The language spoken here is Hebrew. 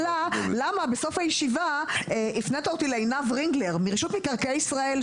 בסוף הישיבה הפנת אותי לעינב רינגלר מרשות מקרקעי ישראל,